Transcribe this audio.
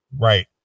right